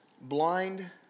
blind